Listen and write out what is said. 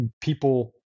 people